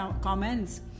comments